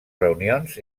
reunions